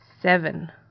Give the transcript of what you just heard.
Seven